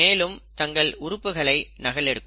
மேலும் தங்கள் உறுப்புகளை நகல் எடுக்கும்